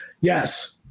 yes